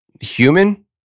human